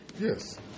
Yes